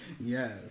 Yes